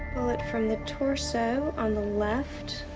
pull it from the torso on the left.